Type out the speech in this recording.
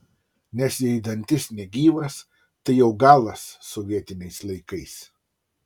nes jei dantis negyvas tai jau galas sovietiniais laikais